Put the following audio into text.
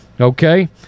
Okay